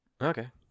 Okay